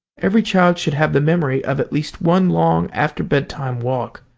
every child should have the memory of at least one long-after-bedtime walk.